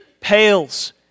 pales